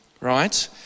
right